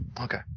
Okay